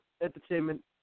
Entertainment